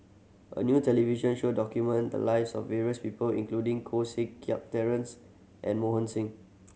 a new television show documented the lives of various people including Koh Seng Kiat Terence and Mohan Singh